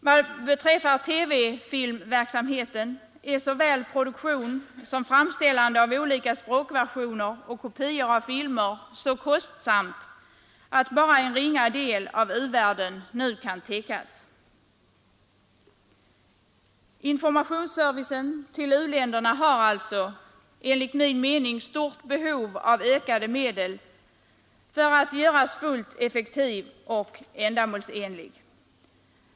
Vad beträffar TV-filmverksamheten är såväl produktion och framställande av olika språkversioner och kopior av filmer så kostsamma att bara en ringa del av u-världen nu kan täckas. Informationsservicen till u-länderna har alltså enligt min mening stort behov av ökade medel för att bli fullt effektiv och ändamålsenlig.